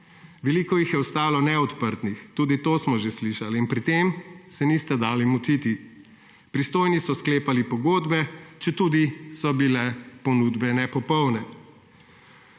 Veliko jih je ostalo neodprtih, tudi to smo že slišali, in pri tem se niste dali motiti. Pristojni so sklepali pogodbe, četudi so bile ponudbe nepopolne.